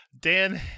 Dan